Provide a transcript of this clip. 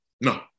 No